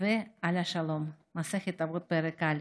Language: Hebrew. ועל השלום, מסכת אבות, פרק א'.